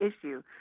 issue